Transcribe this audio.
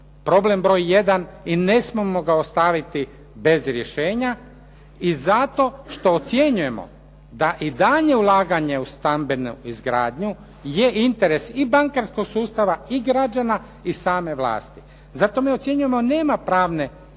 problem broj jedan i ne smijemo ga ostaviti bez rješenja. I zato što ocjenjujemo da i daljnje ulaganje u stambenu izgradnju je interes i bankarskog sustava i građana i same vlasti. Zato mi ocjenjujemo, nema pravne